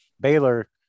Baylor